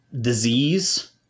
disease